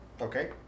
Okay